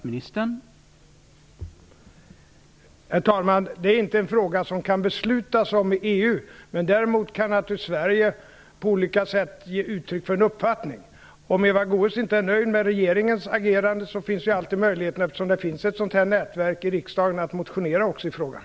Herr talman! Detta är inte en fråga som EU kan besluta om, men däremot kan Sverige naturligtvis på olika sätt ge uttryck för en uppfattning. Om Eva Goës inte är nöjd med regeringens agerande, återstår möjligheten att någon från nätverket i riksdagen motionerar i frågan.